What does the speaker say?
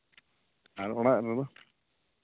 ᱟᱨ ᱚᱲᱟᱜ ᱨᱮᱫᱚ